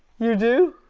you do?